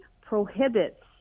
prohibits